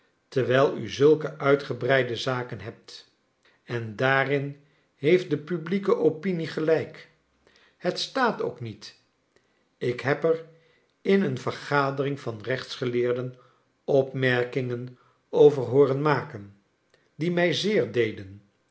terwijl u zulke uitgebreide zaken hebt en daarin heeft de publieke opinie gelijk het staat ook niet ik heb er in een vergadering van rechtsge leerden opmerkingen over hooren maken die mij zeer deden